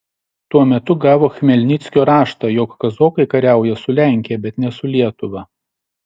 tuo metu gavo chmelnickio raštą jog kazokai kariauja su lenkija bet ne su lietuva